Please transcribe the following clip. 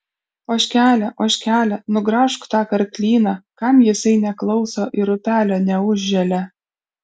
ožkele ožkele nugraužk tą karklyną kam jisai neklauso ir upelio neužželia